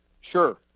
sure